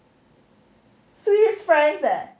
swiss francs eh